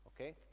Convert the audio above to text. okay